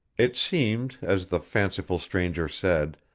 it seemed, as the fanciful stranger said,